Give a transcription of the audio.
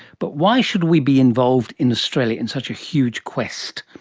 but why should we be involved in australia in such a huge quest?